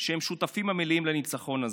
שהם שותפים מלאים לניצחון הזה.